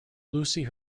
lucy